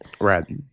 Right